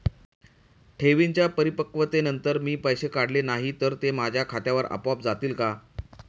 ठेवींच्या परिपक्वतेनंतर मी पैसे काढले नाही तर ते माझ्या खात्यावर आपोआप जातील का?